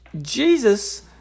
Jesus